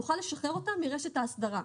נוכל לשחרר אותם מרשת האסדרה.